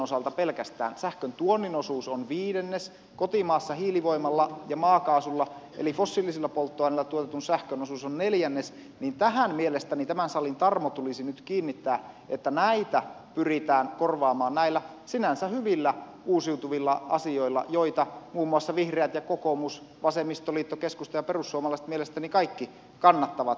kun pelkästään sähkön osalta sähköntuonnin osuus on viidennes kotimaassa hiilivoimalla ja maakaasulla eli fossiilisilla polttoaineilla tuotetun sähkön osuus on neljännes mielestäni tämän salin tarmo tulisi nyt kiinnittää siihen että näitä pyritään korvaamaan näillä sinänsä hyvillä uusiutuvilla asioilla joita muun muassa vihreät kokoomus vasemmistoliitto keskusta ja perussuomalaiset mielestäni kaikki kannattavat